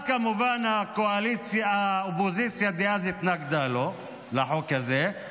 אז, כמובן, האופוזיציה דאז התנגדה לחוק הזה.